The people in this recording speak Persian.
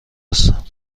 هستم